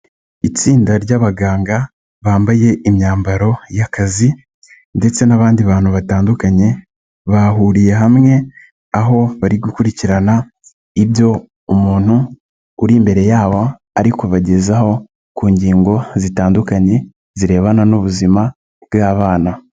Itsinda ry'abaganga bambaye imyambaro y'akazi ndetse n'abandi bantu batandukanye, bahuriye hamwe aho bari gukurikirana ibyo umuntu uri imbere yabo ari kubagezaho ku ngingo zitandukanye zirebana n'ubuzima bw'abana.